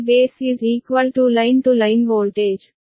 ಏಕೆಂದರೆ KV base line to line voltage